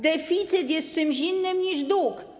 Deficyt jest czymś innym niż dług.